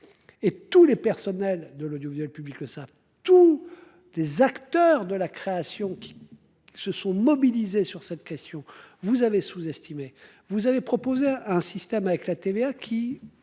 Et tous les personnels de l'audiovisuel public ça tous les acteurs de la création qui. Se sont mobilisés sur cette question, vous avez sous-estimé vous avez proposé un système avec la TVA qui